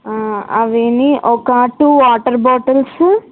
అవీని ఒక two water bottles